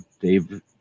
Dave